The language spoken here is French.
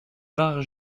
vinrent